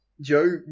Joe